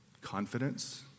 confidence